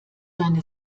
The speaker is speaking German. deine